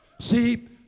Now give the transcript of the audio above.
see